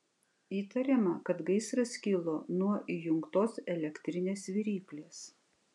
įtariama kad gaisras kilo nuo įjungtos elektrinės viryklės